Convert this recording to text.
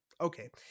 okay